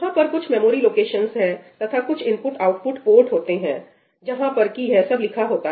वहां पर कुछ मेमोरी लोकेशन है तथा कुछ इनपुट आउटपुट पोर्ट होते हैंजहां पर कि यह सब लिखा होता है